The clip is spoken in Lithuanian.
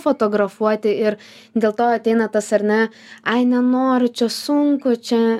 fotografuoti ir dėl to ateina tas ar ne ai nenoriu čia sunku čia